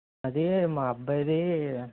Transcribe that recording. అది మా అబ్బాయిది